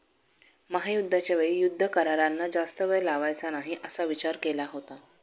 महायुद्धाच्या वेळी युद्ध करारांना जास्त वेळ लावायचा नाही असा विचार केला होता